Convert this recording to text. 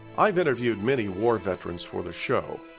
i've interviewed many war veterans for the show,